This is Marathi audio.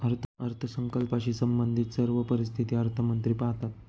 अर्थसंकल्पाशी संबंधित सर्व परिस्थिती अर्थमंत्री पाहतात